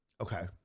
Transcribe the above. Okay